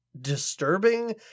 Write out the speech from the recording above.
disturbing